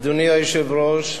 אדוני היושב-ראש,